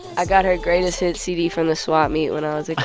i got her greatest-hits cd from a swap meet when i was a